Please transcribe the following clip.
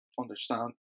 understand